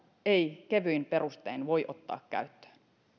ei kevyin perustein voi ottaa käyttöön